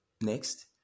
next